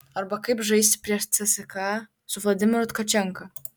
arba kaip žaisti prieš cska su vladimiru tkačenka